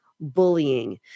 bullying